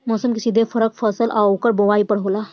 मौसम के सीधे फरक फसल आ ओकर बोवाई पर होला